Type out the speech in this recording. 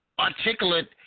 articulate